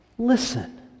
Listen